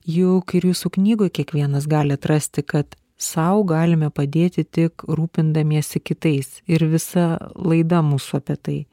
juk ir jūsų knygoj kiekvienas gali atrasti kad sau galime padėti tik rūpindamiesi kitais ir visa laida mūsų apie tai